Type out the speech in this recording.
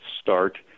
start